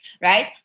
right